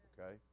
okay